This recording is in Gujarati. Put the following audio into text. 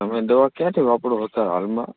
તમે દવા ક્યાંથી વાપરો છો અત્યારે હાલમાં